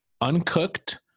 uncooked